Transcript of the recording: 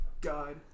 God